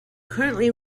currently